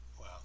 Wow